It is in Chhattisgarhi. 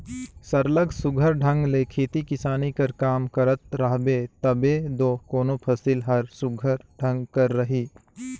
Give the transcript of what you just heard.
सरलग सुग्घर ढंग ले खेती किसानी कर काम करत रहबे तबे दो कोनो फसिल हर सुघर ढंग कर रही